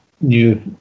new